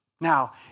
Now